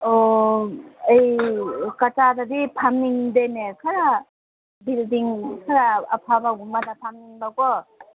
ꯑꯣ ꯑꯩ ꯀꯥꯠꯆꯥꯗꯗꯤ ꯐꯝꯅꯤꯡꯗꯦꯅꯦ ꯈꯔ ꯕꯤꯜꯗꯤꯡ ꯈꯔ ꯑꯐꯕꯒꯨꯝꯕꯗ ꯐꯝꯅꯤꯡꯕꯀꯣ